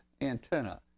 antenna